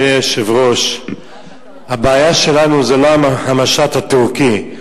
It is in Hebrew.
אדוני היושב-ראש, הבעיה שלנו זה לא המשט הטורקי.